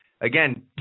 again